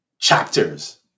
chapters